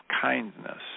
kindness